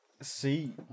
see